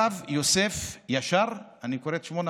הרב יוסף ישר, אני קורא את שמו נכון?